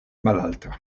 malalta